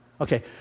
Okay